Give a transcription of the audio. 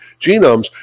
genomes